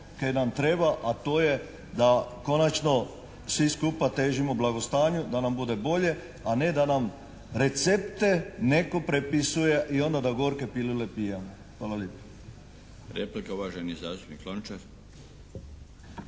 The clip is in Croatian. Replika, uvaženi zastupnik Lončar.